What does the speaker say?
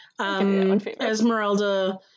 Esmeralda